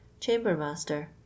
chambermaster